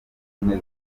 ubumwe